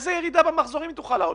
איזה ירידה במחזורים היא תוכל להראות?